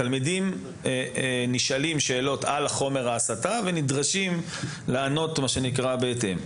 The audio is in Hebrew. התלמידים נשאלים שאלות על חומרי ההסתה ונדרשים לענות בהתאם.